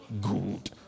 good